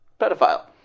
pedophile